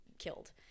killed